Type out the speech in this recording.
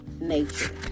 nature